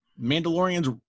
Mandalorian's